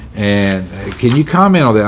and can you comment on that?